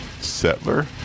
Settler